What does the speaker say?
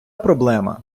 проблема